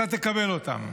אתה תקבל אותן.